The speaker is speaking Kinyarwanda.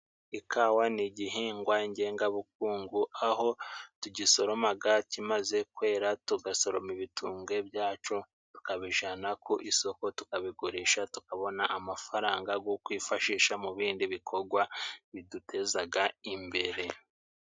Ikawa n'igihingwa ngengabukungu aho tugisoromaga kimaze kwera, tugasoroma ibitumbwe byaco tukabijana ku isoko, tukabigurisha tukabona amafaranga go kwifashisha mu bindi bikogwa bidutezaga imbere.